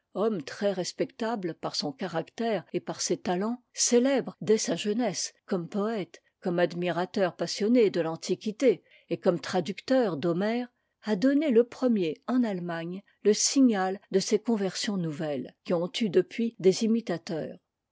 homme très-respectable par son caractère et par ses talents célèbre dès sa jeunesse comme poëte comme admirateur passionné de l'antiquité et comme traducteur d'homère a donné le premier en allemagne le signal de ces conversions nouvelles qui ont eu depuis des imitateurs